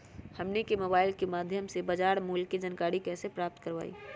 हमनी के मोबाइल के माध्यम से बाजार मूल्य के जानकारी कैसे प्राप्त करवाई?